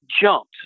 jumped